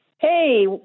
Hey